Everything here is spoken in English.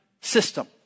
system